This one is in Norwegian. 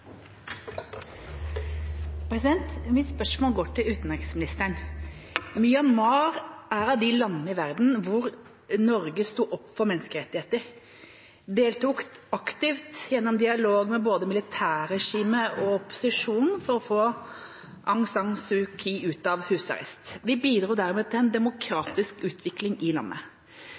av de landene i verden hvor Norge sto opp for menneskerettigheter – deltok aktivt gjennom dialog med både militærregimet og opposisjonen for å få Aung San Suu Kyi ut av husarrest. Vi bidro dermed til en demokratisk utvikling i landet.